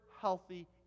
healthy